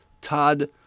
Todd